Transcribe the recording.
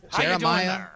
Jeremiah